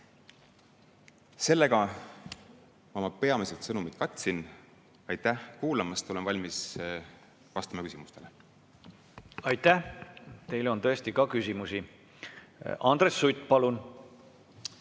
Sellega oma peamised sõnumid katsin. Aitäh kuulamast! Olen valmis vastama küsimustele. Aitäh! Teile on tõesti ka küsimusi. Andres Sutt, palun!